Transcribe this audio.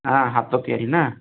ହାଁ ହାତ ତିଆରି ନା